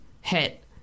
hit